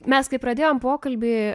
mes kai pradėjome pokalbį